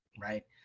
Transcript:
right